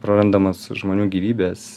prarandamos žmonių gyvybės